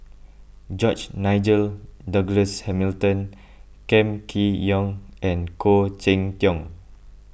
George Nigel Douglas Hamilton Kam Kee Yong and Khoo Cheng Tiong